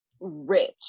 rich